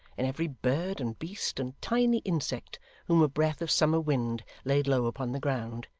in every bird, and beast, and tiny insect whom a breath of summer wind laid low upon the ground,